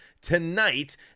tonight